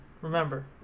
remember